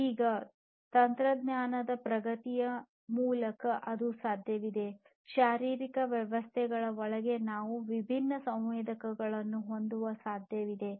ಈಗ ತಂತ್ರಜ್ಞಾನದ ಪ್ರಗತಿಯ ಮೂಲಕ ಅದು ಸಾಧ್ಯವಿದೆ ಶಾರೀರಿಕ ವ್ಯವಸ್ಥೆಗಳ ಒಳಗೆ ನಾವು ವಿಭಿನ್ನ ಸಂವೇದಕಗಳನ್ನು ಹೊಂದುವ ಸಾಧ್ಯತೆಯಿದೆ